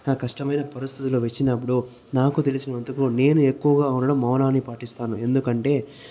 కష్టమైన పరిస్థితులు వచ్చినప్పుడు నాకు తెలిసినందుకు నేను ఎక్కువగా ఉండడం మౌనాన్ని పాటిస్తాను ఎందుకంటే